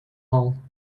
hole